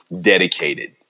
dedicated